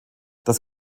das